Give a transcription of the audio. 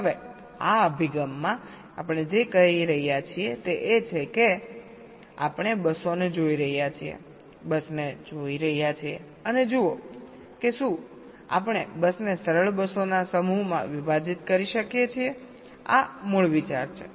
હવે આ અભિગમમાં આપણે જે કહી રહ્યા છીએ તે એ છે કે આપણે બસોને જોઈ રહ્યા છીએ બસને જોઈ રહ્યા છીએ અને જુઓ કે શું આપણે બસને સરળ બસોના સમૂહમાં વિભાજીત કરી શકીએ છીએઆ મૂળ વિચાર છે